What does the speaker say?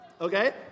Okay